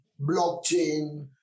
blockchain